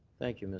thank you.